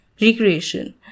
recreation